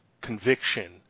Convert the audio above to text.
conviction